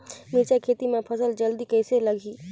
मिरचा खेती मां फल जल्दी कइसे लगही?